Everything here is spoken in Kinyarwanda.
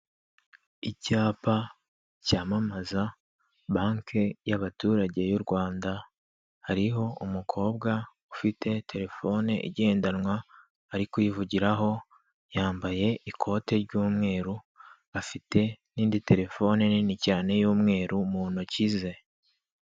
Icyapa cyamamaza banke y'abaturage y'u Rwanda hariho umukobwa ufite telefone igendanwa ari kuyivugiraho, yambaye ikote ry'umweru afite n'indi telefone nini cyane y'umweru mu ntoki ze.